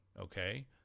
okay